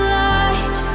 light